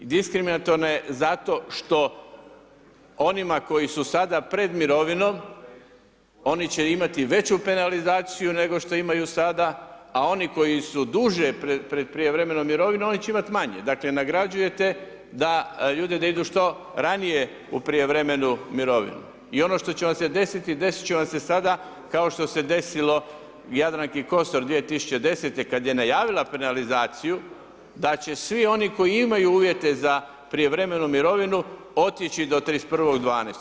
Diskriminatorna je zato što onima koji su sada pred mirovinom, oni će imati veću penalizaciju, nego što imaju sada, a oni koji su duže pred prijevremenom mirovinom, oni će imati manje, dakle, nagrađujete ljude da idu što ranije u prijevremenu mirovinu i ono što će vam se desiti, desiti će vam se sada, kao što se desilo Jadranki Kosor 2010.-te kada je najavila penalizaciju da će svi ono koji imaju uvjete za prijevremenu mirovinu, otići do 31.12.